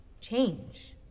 change